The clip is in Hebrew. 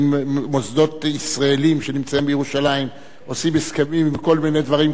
ישראליים שנמצאים בירושלים עושים הסכמים עם כל מיני דברים כאלה,